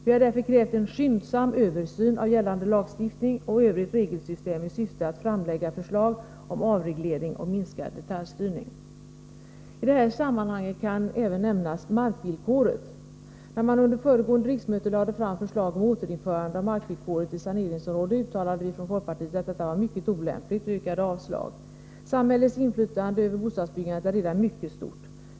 Vi har därför krävt en skyndsam översyn av gällande lagstiftning och av regelsystemet i övrigt i syfte att få fram förslag om avreglering och en minskad detaljstyrning. I detta sammanhang kan även nämnas markvillkoret. När man under föregående riksmöte lade fram förslag om återinförande av markvillkoret i saneringsområden, uttalade vi från folkpartiet att detta var mycket olämpligt. Vi yrkade således avslag. Samhällets inflytande över bostadsbyggandet är redan mycket stort.